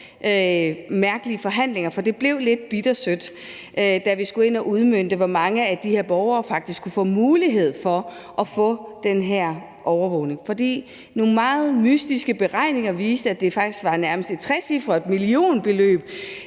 mærkelige forhandlinger. For det blev lidt bittersødt, da vi skulle ind og udmønte, hvor mange af de her borgere der faktisk kunne få mulighed for at få den her overvågning. Nogle meget mystiske beregninger viste, at nærmest et trecifret millionbeløb